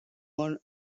one